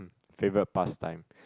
favourite pastime